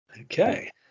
Okay